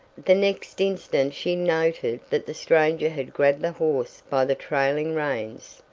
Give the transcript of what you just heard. the next instant she noted that the stranger had grabbed the horse by the trailing reins.